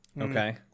Okay